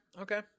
Okay